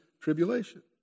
tribulation